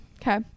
okay